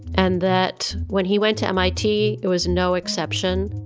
and that when he went to mit, it was no exception